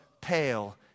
pale